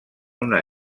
una